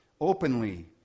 openly